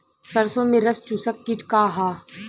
सरसो में रस चुसक किट का ह?